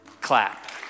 clap